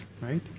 right